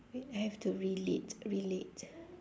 wait I have to relate relate